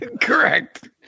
Correct